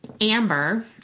Amber